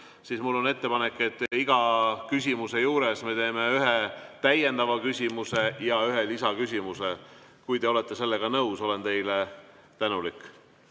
siis mul on ettepanek, et iga küsimuse juures me teeme ühe täiendava küsimuse ja ühe lisaküsimuse. Kui te olete sellega nõus, olen teile tänulik.